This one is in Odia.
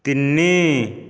ତିନି